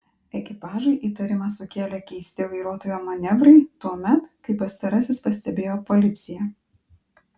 ekipažui įtarimą sukėlė keisti vairuotojo manevrai tuomet kai pastarasis pastebėjo policiją